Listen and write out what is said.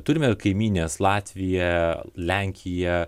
turime kaimynes latviją lenkiją